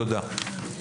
תודה.